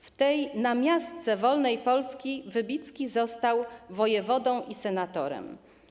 W tej namiastce wolnej Polski Wybicki został wojewodą i senatorem.